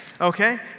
Okay